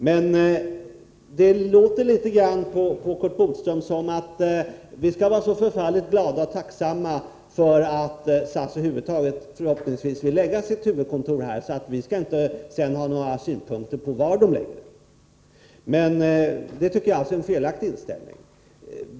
På Curt Boström låter det litet grand som om vi skall vara så glada och tacksamma för att SAS över huvud taget, och förhoppningsvis, vill förlägga sitt kontor här att vi inte skall ha några synpunkter på var i regionen det placeras. Det tycker jag är en felaktig inställning.